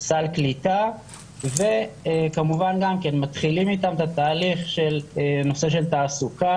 סל קליטה וכמובן גם כן מתחילים איתם את התהליך של נושא של תעסוקה,